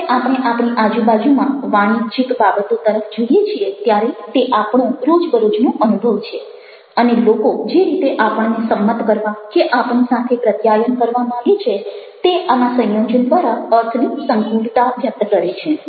જ્યારે આપણે આપણી આજુબાજુમાં વાણિજ્યિક બાબતો તરફ જોઈએ છીએ ત્યારે તે આપણો રોજ બ રોજનો અનુભવ છે અને લોકો જે રીતે આપણને સંમત કરવા કે આપણી સાથે પ્રત્યાયન કરવા માંગે છે તે આના સંયોજન દ્વારા અર્થની સંકુલતા વ્યક્ત કરે છે